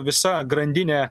visa grandinė